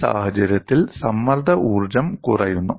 ഈ സാഹചര്യത്തിൽ സമ്മർദ്ദ ഊർജ്ജം കുറയുന്നു